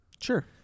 sure